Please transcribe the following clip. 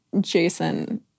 Jason